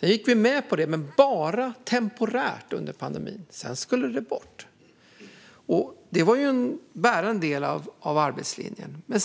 Vi gick med på det, men bara temporärt under pandemin. Sedan skulle det bort. Det var ju en bärande del av arbetslinjen.